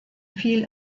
viel